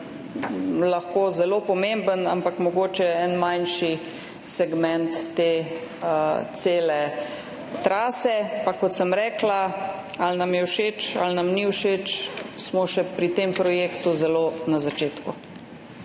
Logatec zelo pomembna, ampak je mogoče en manjši segment te cele trase, pa, kot sem rekla, ali nam je všeč ali nam ni všeč, smo še pri tem projektu zelo na začetku.